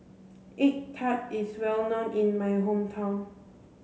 egg tart is well known in my hometown